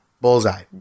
Bullseye